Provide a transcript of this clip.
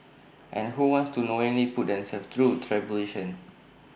and who wants to knowingly put themselves through tribulation